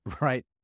right